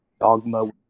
dogma